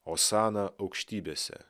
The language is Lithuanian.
osana aukštybėse